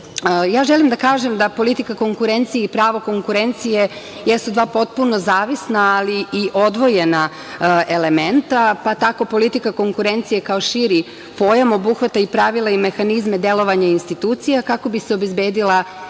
Srbije. Želim da kažem da politika konkurencije i pravo konkurencije jesu dva potpuno zavisna, ali i odvojena elementa, pa tako politika konkurencije kao širi pojam obuhvata i pravila i mehanizme delovanja institucija, kako bi se obezbedila